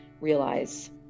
realize